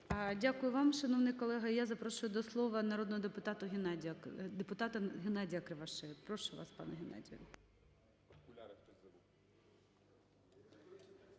Дякую вам, шановний колего. Я запрошую до слова народного депутата Геннадія Кривошея. Прошу вас, пане Геннадію.